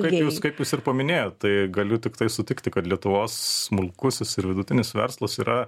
kaip jūs kaip jūs ir paminėjot tai galiu tiktai sutikti kad lietuvos smulkusis ir vidutinis verslas yra